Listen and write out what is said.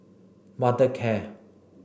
Mothercare